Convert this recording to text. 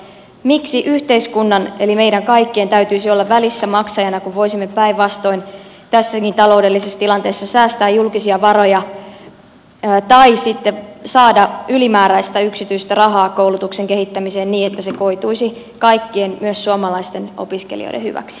miksi yhteiskunnan eli meidän kaikkien täytyisi olla välissä maksajana kun voisimme päinvastoin tässäkin taloudellisessa tilanteessa säästää julkisia varoja tai sitten saada ylimääräistä yksityistä rahaa koulutuksen kehittämiseen niin että se koituisi kaikkien myös suomalaisten opiskelijoiden hyväksi